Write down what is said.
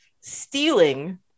stealing